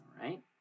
right